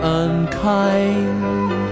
unkind